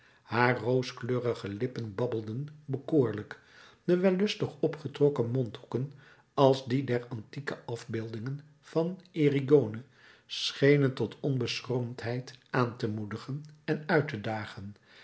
haar rooskleurige lippen babbelden bekoorlijk de wellustig opgetrokken mondhoeken als die der antieke afbeeldingen van erigone schenen tot onbeschroomdheid aan te moedigen en uit te dagen